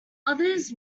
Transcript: others